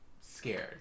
scared